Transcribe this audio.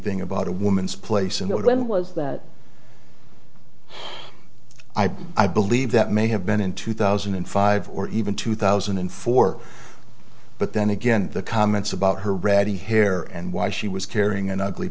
thing about a woman's place in the line was that i believe that may have been in two thousand and five or even two thousand and four but then again the comments about her ready hair and why she was carrying an ugly